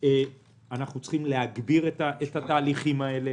צריכים להגביר את התהליכים האלה